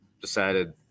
decided